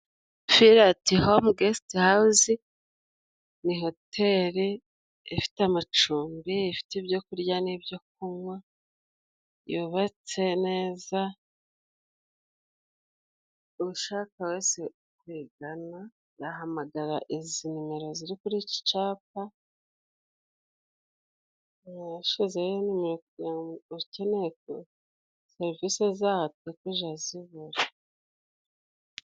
Firi ati home gesiti hawuzi， ni hoteri ifite amacumbi， ifite ibyo kurya n'ibyo kunywa， yubatse neza，ushaka wese kuyigana， yahamagara izi nimero ziri kuri ici capa，bashyizeho nimero nimero kugira ngo， ukeneye ko serivisi akazibura.